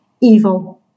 evil